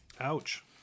Ouch